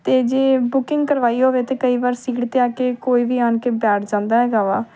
ਅਤੇ ਜੇ ਬੁਕਿੰਗ ਕਰਵਾਈ ਹੋਵੇ ਤਾਂ ਕਈ ਵਾਰ ਸੀਟ 'ਤੇ ਆ ਕੇ ਕੋਈ ਵੀ ਆਣ ਕੇ ਬੈਠ ਜਾਂਦਾ ਹੈਗਾ ਵਾ